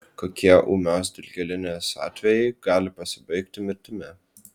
kokie ūmios dilgėlinės atvejai gali pasibaigti mirtimi